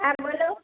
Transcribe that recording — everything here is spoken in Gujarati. હા બોલો